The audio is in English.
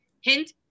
hint